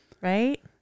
right